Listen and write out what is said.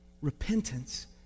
Repentance